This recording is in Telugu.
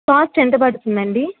బాక్స్ ఎంత పడుతుంది అండి